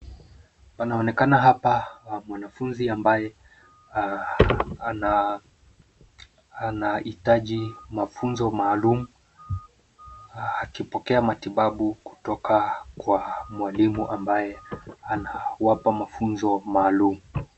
Panaonekana hapa mwanafunzi ambaye anaitaji mafunzo maalum akipokea matibabu kutoka kwa mwalimu ambaye anawapa mafunzo maaalum.